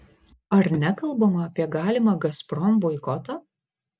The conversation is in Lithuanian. ar nekalbama apie galimą gazprom boikotą